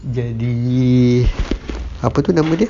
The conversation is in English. jadi apa tu nama dia